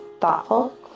thoughtful